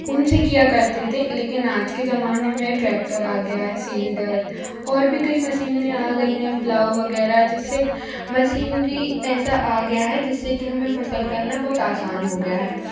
उनसे किया करते थे लेकिन आज के जमाने में ट्रैक्टर आ गया है सील्डर और भी कई मशीनें आ गई हैं प्लाऊ वगैरह जिससे मशीनरी ऐसा आ गया है जिससे कि हमें फसल करना बहुत आसान हो गया है